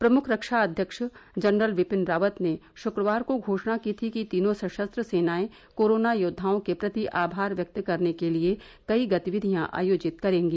प्रमुख रक्षा अध्यक्ष जनरल बिपिन रावत ने शुक्रवार को घोषणा की थी कि तीनों सशस्त्र सेनायें कोरोना योद्वाओं के प्रति आभार व्यक्त करने के लिए कई गतिविधियां आयोजित करेंगी